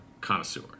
connoisseur